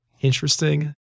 interesting